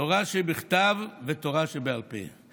תורה שבכתב ותורה שבעל פה".